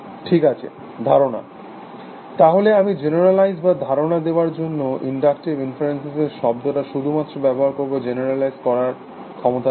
ঠিক আছে ধারণা তাহলে আমি জেনারেলাইজ বা ধারণা দেওয়ার জন্য ইনডাক্টিভ ইনফারেন্স শব্দটা শুধুমাত্র ব্যবহার করব জেনারেলাইজ করার ক্ষমতার জন্য